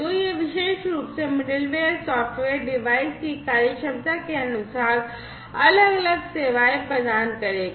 तो यह विशेष रूप से मिडलवेयर सॉफ़्टवेयर डिवाइस की कार्यक्षमता के अनुसार अलग अलग सेवाएं प्रदान करेगा